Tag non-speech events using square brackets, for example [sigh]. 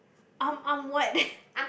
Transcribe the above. I'm I'm what [breath]